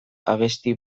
abesti